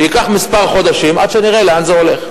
ייקח כמה חודשים עד שנראה לאן זה הולך.